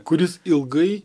kuris ilgai